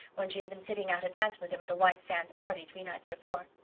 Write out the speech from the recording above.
when she had been sitting out a dance with him at a white sands party three nights before.